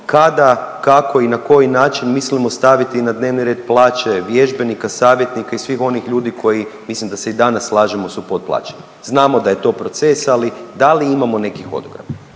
kada, kako i na koji način mislimo staviti na dnevni red plaće vježbenika, savjetnika i svih onih ljudi koji, mislim da se i danas slažemo, su potplaćeni. Znamo da je to proces, ali da li imamo nekih